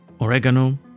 oregano